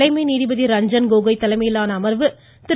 தலைமை நீதிபதி ரஞ்சன் கோகோய் தலைமையிலான அமர்வு திரு